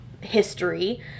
history